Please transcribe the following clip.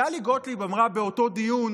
טלי גוטליב אמרה באותו דיון